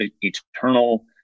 Eternal